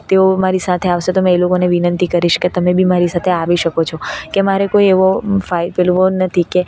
તેઓ મારી સાથે આવશે તો મેં એ લોકોને વિનંતી કરીશ કે તમે બી મારી સાથે આવી શકો છો કે મારે કોઈ એવો ફાઈ પેલું ઓ નથી કે